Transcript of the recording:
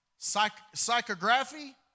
psychography